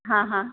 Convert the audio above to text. હા હા